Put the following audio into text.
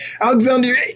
Alexander